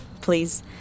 please